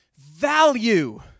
Value